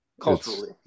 culturally